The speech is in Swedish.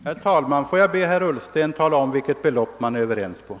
Herr talman! Får jag be herr Ullsten tala om vilket belopp man är överens om.